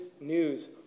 news